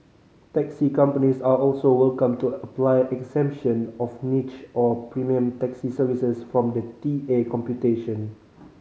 taxi companies are also welcome to apply exemption of niche or premium taxi services from the T A computation